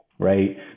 right